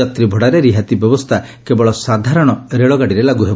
ଯାତ୍ରୀ ଭଡ଼ାରେ ରିହାତି ବ୍ୟବସ୍କା କେବଳ ସାଧାରଣ ରେଳ ଗାଡ଼ିରେ ଲାଗୁ ହେବ